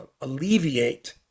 alleviate